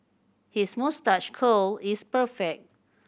his moustache curl is perfect